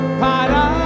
para